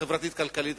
החברתית-כלכלית,